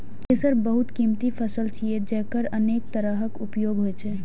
केसर बहुत कीमती फसल छियै, जेकर अनेक तरहक उपयोग होइ छै